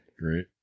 Great